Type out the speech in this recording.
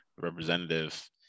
Representative